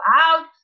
out